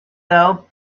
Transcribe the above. though